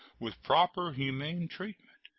with proper humane treatment,